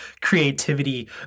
creativity